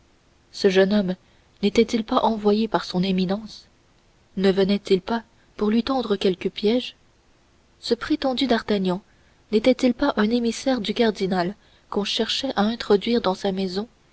ce jeune homme n'était-il pas envoyé par son éminence ne venait-il pas pour lui tendre quelque piège ce prétendu d'artagnan n'était-il pas un émissaire du cardinal qu'on cherchait à introduire dans sa maison